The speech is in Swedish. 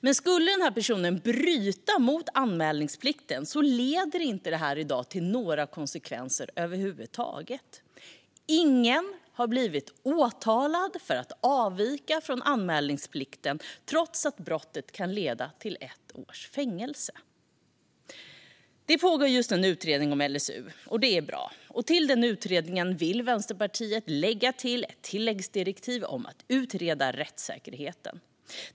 Men skulle en person bryta mot anmälningsplikten leder det i dag inte till några konsekvenser över huvud taget. Ingen har blivit åtalad för att ha avvikit från anmälningsplikten trots att brottet kan leda till ett års fängelse. Det pågår just nu en utredning om LSU, och det är bra. Till den utredningen vill Vänsterpartiet lägga ett tilläggsdirektiv om att utreda rättssäkerheten.